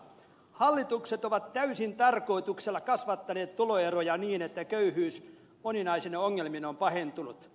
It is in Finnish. hallitukset ovat täysin tarkoituksella kasvattaneet tuloeroja niin että köyhyys moninaisine ongelmineen on pahentunut